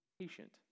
patient